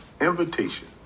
invitation